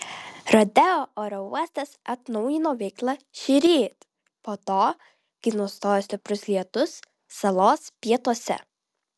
rodeo oro uostas atnaujino veiklą šįryt po to kai nustojo stiprus lietus salos pietuose